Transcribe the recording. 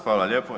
Hvala lijepo.